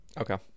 Okay